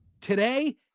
Today